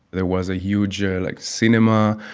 there was a huge ah like cinema,